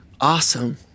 awesome